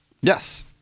Yes